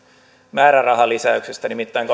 määrärahalisäyksestä nimittäin